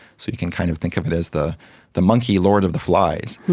so you can kind of think of it as the the monkey lord of the flies.